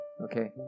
Okay